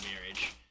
marriage